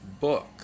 book